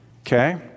Okay